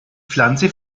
pflanze